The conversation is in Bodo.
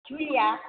जुलिया